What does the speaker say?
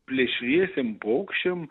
plėšriesiem paukščiam